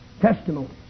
testimony